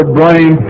blame